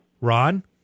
Ron